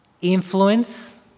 influence